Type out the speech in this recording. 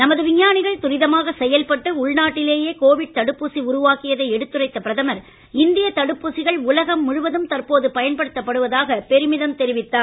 நமது விஞ்ஞானிகள் துரிதமாக செயல்பட்டு உள்நாட்டிலேயே கோவிட் தடுப்பூசி உருவாக்கியதை எடுத்துரைத்த பிரதமர் இந்திய தடுப்பூசிகள் உலகம் முழுவதும் தற்போது பயன்படுத்தப்படுவதாக பெருமிதம் தெரிவித்தார்